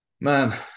Man